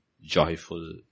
joyful